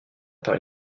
par